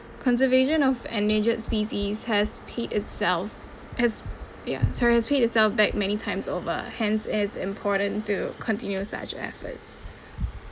conservation of endangered species has paid itself has ya sorry has paid itself back many times over hence it's important to continue such efforts